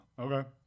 Okay